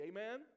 Amen